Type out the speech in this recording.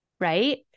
right